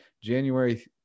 January